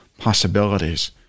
possibilities